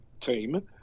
team